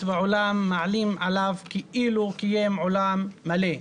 בעולם מעלים עליו כאילו קיים עולם מלא".